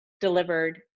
delivered